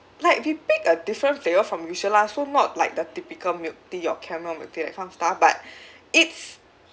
like we pick a different flavour from usual lah so not like the typical milk tea or caramel milk tea like some stuff but it's